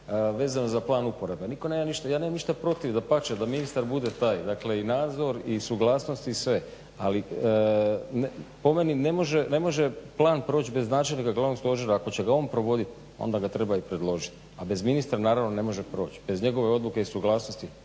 nema ništa, ja nemam ništa protiv dapače da ministar bude taj dakle i nadzor i suglasnost i sve, ali po meni ne može plan proći bez načelnika glavnog stožera. Ako će ga on provodit onda ga treba i predložit, a bez ministra naravno ne može proći, bez njegove odluke i suglasnosti